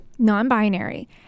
non-binary